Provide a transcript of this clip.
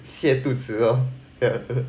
泻肚子 lor